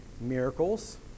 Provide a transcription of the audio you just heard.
Miracles